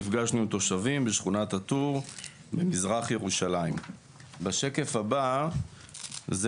נפגשנו עם תושבים בשכונת א-טור במזרח ירושלים בשקף הבא זה